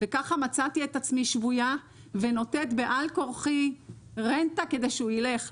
וככה מצאתי את עצמי שבויה ונותנת בעל כורחי רנטה כדי הוא יילך,